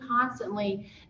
constantly